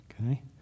Okay